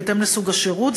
בהתאם לסוג השירות,